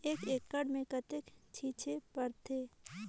एक एकड़ मे कतेक छीचे पड़थे?